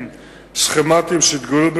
חבר הכנסת אופיר פינס-פז שואל לגבי חידוש